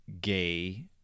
gay